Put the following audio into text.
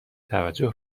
توجه